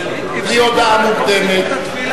בלי הודעה מוקדמת.